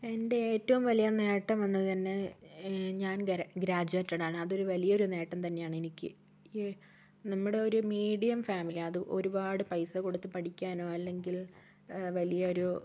എൻ്റെ ഏറ്റവും വലിയ നേട്ടം എന്നതുതന്നെ ഞാൻ ഗ്രാ ഗ്രാജുയേറ്റഡാണ് അത് ഒരു വലിയൊരു നേട്ടം തന്നെയാണ് എനിക്ക് നമ്മുടെ ഒരു മീഡിയം ഫാമിലി ആണ് അതും ഒരുപാട് പൈസ കൊടുത്ത് പഠിക്കാനോ അല്ലെങ്കിൽ വലിയൊരു